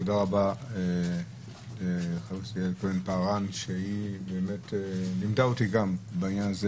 תודה רבה לחברת הכנסת לשעבר כהן-פארן שלימדה אותי בעניין הזה